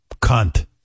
Cunt